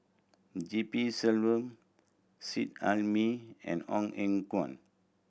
G P Selvam Seet Ai Mee and Ong Eng Guan